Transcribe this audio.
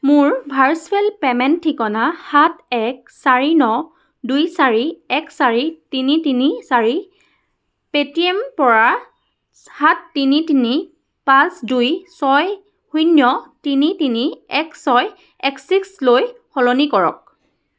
মোৰ virtual payment ঠিকনা সাত এক চাৰি ন দুই চাৰি এক চাৰি তিনি তিনি চাৰি পে'টিএম পৰা সাত তিনি তিনি পাঁচ দুই ছয় শূন্য তিনি তিনি এক ছয় এক্সিছ লৈ সলনি কৰক